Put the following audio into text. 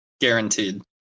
guaranteed